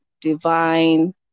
divine